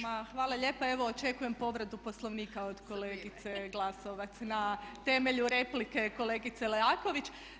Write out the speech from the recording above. Ma hvala lijepa evo očekujem povredu Poslovnika od kolegice Glasovac na temelju replike kolegice Leaković.